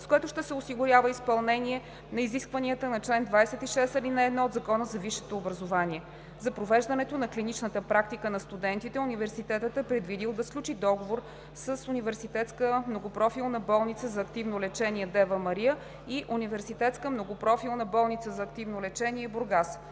с което ще се осигурява изпълнение на изискванията на чл. 26, ал. 1 от Закона за висшето образование. За провеждането на клиничната практика на студентите Университетът е предвидил да сключи договор с Университетска многопрофилна болница за активно лечение „Дева Мария“ и Университетска многопрофилна болница за активно лечение – Бургас.